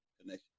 connection